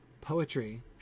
Poetry